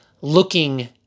looking